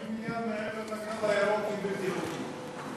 כל בנייה מעבר לקו הירוק היא בלתי חוקית.